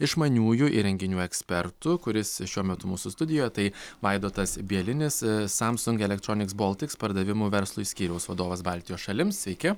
išmaniųjų įrenginių ekspertu kuris šiuo metu mūsų studijoje tai vaidotas bielinis samsung elektroniks boltiks pardavimų verslui skyriaus vadovas baltijos šalims sveiki